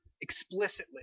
explicitly